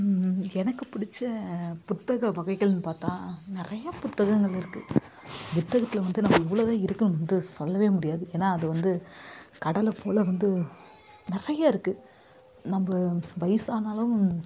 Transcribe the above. எனக்கு பிடிச்ச புத்தக வகைகள்ன்னு பார்த்தா நிறைய புத்தகங்கள் இருக்குது புத்தகத்தில் வந்து நம்ம இவ்வளோதான் இருக்குதுனு வந்து சொல்லவே முடியாது ஏன்னா அது வந்து கடலை போல வந்து நிறைய இருக்குது நம்ம வயசானாலும்